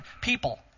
people